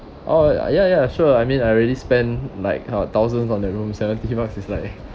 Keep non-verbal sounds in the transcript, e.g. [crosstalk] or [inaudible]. all right ya ya sure I mean I already spend like what thousands on the room seventy bucks is like [laughs]